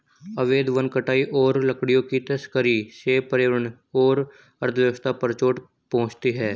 अवैध वन कटाई और लकड़ियों की तस्करी से पर्यावरण और अर्थव्यवस्था पर चोट पहुँचती है